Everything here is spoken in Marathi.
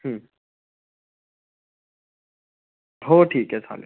हो ठीक आहे चालेल